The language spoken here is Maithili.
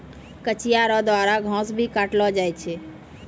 कचिया रो द्वारा घास भी काटलो जाय छै